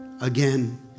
again